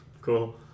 Cool